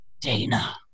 Dana